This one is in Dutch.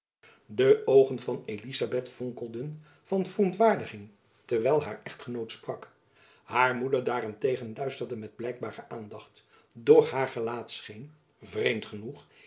de oogen van elizabeth vonkelden van verontjacob van lennep elizabeth musch waardiging terwijl haar echtgenoot sprak haar moeder daarentegen luisterde met blijkbare aandacht doch haar gelaat scheen vreemd genoeg